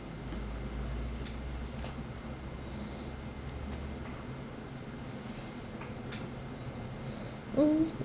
mm